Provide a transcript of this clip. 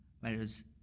whereas